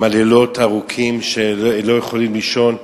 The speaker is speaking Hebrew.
ובלילות הארוכים שהם לא יכולים לישון.